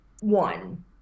one